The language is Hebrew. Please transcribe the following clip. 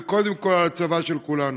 וקודם כול על הצבא של כולנו.